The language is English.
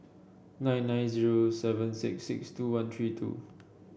nine nine zero seven six six two one three two